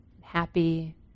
happy